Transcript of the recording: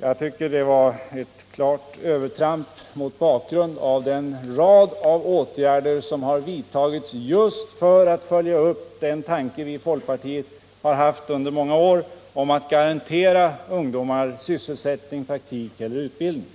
Jag tycker att det var ett klart övertramp med tanke på den rad av åtgärder som vidtagits just för att förverkliga den tanke som vi i folkpartiet förfäktat under många år, nämligen att garantera ungdomar sysselsättning, praktik eller utbildning.